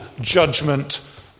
judgment